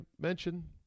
mention